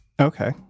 okay